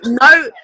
no